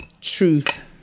truth